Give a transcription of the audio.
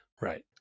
right